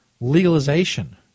legalization